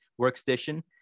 workstation